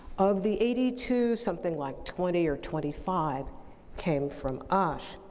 of the eighty two, something like twenty or twenty five came from asch.